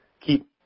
keep